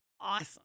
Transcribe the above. Awesome